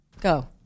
Go